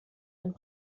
einen